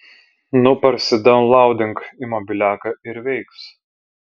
nu parsidaunlaudink į mobiliaką ir veiks